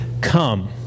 come